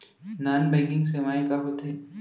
non banking सेवाएं का होथे